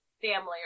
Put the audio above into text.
Family